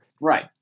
Right